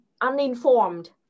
uninformed